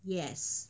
yes